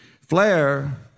Flair